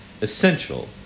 essential